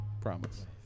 promise